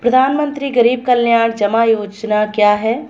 प्रधानमंत्री गरीब कल्याण जमा योजना क्या है?